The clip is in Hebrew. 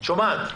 שומעת.